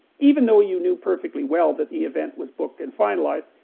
even though you knew perfectly well that the event was booked and finalized,